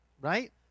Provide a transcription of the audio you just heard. right